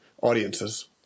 audiences